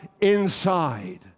inside